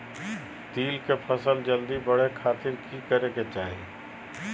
तिल के फसल जल्दी बड़े खातिर की करे के चाही?